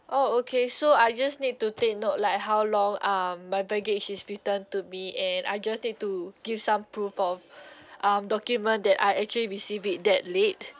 oh okay so I just need to take note like how long um my baggage is returned to me and I just need to give some proof of um document that I actually receive it that late